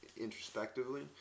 introspectively